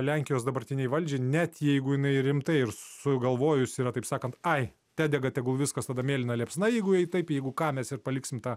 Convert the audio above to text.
lenkijos dabartinei valdžiai net jeigu jinai rimtai ir sugalvojus yra taip sakant ai tedega tegul viskas tada mėlyna liepsna jeigu jau taip jeigu ką mes ir paliksime tą